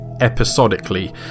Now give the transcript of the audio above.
episodically